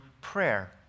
prayer